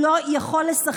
מהצד.